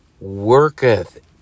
worketh